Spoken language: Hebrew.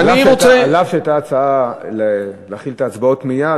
אף שהייתה הצעה להתחיל את ההצבעות מייד,